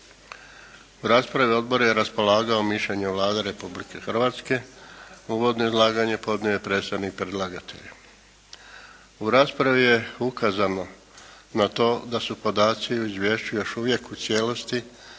U raspravi Odbor je raspolagao mišljenju Vlade Republike Hrvatske, uvodno izlaganje podnio je predstavnik predlagatelja. U raspravi je ukazano na to da su podaci o Izvješću još uvijek u cijelosti